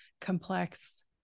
complex